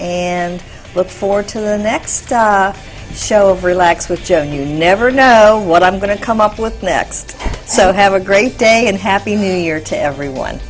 and look forward to the next show over lax with joan you never know what i'm going to come up with next so have a great day and happy new year to everyone